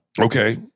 okay